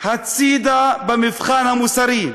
בצד במבחן המוסרי.